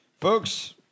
Folks